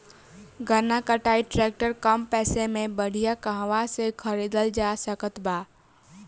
गन्ना कटाई ट्रैक्टर कम पैसे में बढ़िया कहवा से खरिदल जा सकत बा?